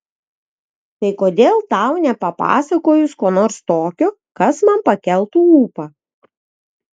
tai kodėl tau nepapasakojus ko nors tokio kas man pakeltų ūpą